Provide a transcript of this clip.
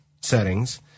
settings